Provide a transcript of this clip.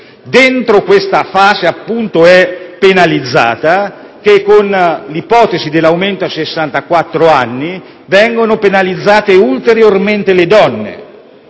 genere è appunto penalizzata - che con l'ipotesi dell'aumento a 64 anni vengono penalizzate ulteriormente le donne,